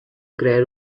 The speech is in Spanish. crear